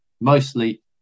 mostly